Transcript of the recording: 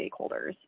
stakeholders